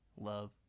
love